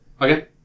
Okay